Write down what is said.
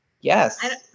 Yes